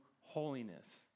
holiness